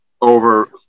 over